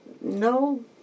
No